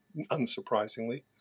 unsurprisingly